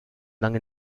lange